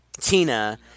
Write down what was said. Tina